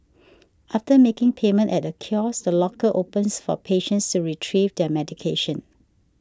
after making payment at a kiosk the locker opens for patients to retrieve their medication